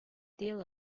deal